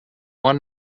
one